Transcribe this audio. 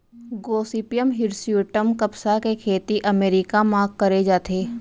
Gossypium hirsutum कपसा के खेती अमेरिका म करे जाथे